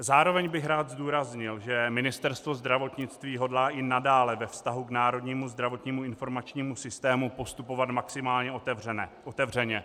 Zároveň bych rád zdůraznil, že Ministerstvo zdravotnictví hodlá i nadále ve vztahu k národnímu zdravotnímu informačnímu systému postupovat maximálně otevřeně.